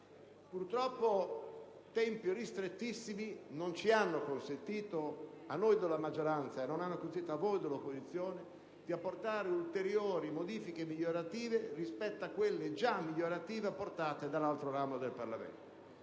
Purtroppo, i tempi ristrettissimi non hanno consentito, a noi della maggioranza e a voi dell'opposizione, di apportare ulteriori modifiche migliorative rispetto a quelle, già migliorative, apportate dall'altro ramo del Parlamento.